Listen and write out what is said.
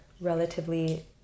relatively